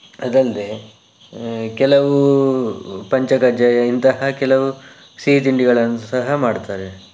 ಅದಲ್ಲದೆ ಕೆಲವು ಪಂಚಕಜ್ಜಾಯ ಇಂತಹ ಕೆಲವು ಸಿಹಿತಿಂಡಿಗಳನ್ನು ಸಹ ಮಾಡ್ತಾರೆ